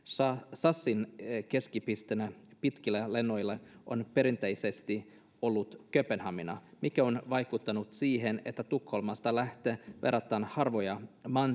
sasin keskipisteenä pitkillä lennoilla on perinteisesti ollut kööpenhamina mikä on vaikuttanut siihen että tukholmasta lähtee verrattain harvoja